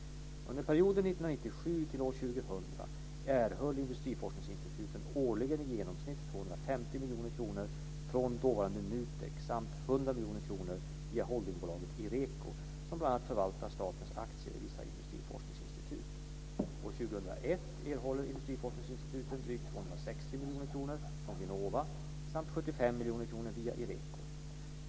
Under perioden 1997-2000 erhöll industriforskningsinstituten årligen i genomsnitt 250 miljoner kronor från dåvarande NUTEK samt 100 miljoner kronor via holdingbolaget Ireco som bl.a. förvaltar statens aktier i vissa industriforskningsinstitut. År miljoner kronor från Vinnova samt 75 miljoner kronor via Ireco.